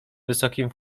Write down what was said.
wysokim